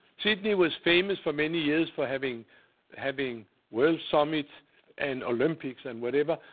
sydney was famous for many years for having having world summits and olympics and whatever,